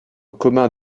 commun